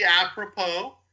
apropos